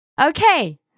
Okay